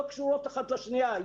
לא קשורות אחת לשנייה.